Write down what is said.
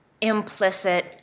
implicit